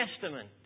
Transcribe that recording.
Testament